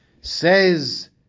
says